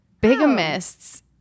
Bigamists